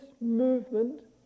movement